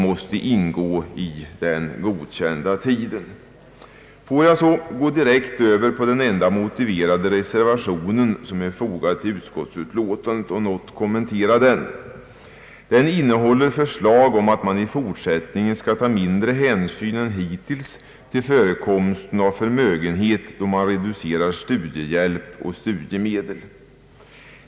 Låt mig så gå direkt över på den enda motiverade reservation som är fogad till utskottsutlåtandet och något kommentera den. Den innehåller ett förslag om att man i fortsättningen skall ta mindre hänsyn än hittills till förekomsten av förmögenhet vid reducering av studiehjälp och studiemedel.